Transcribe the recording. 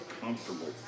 comfortable